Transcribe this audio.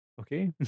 okay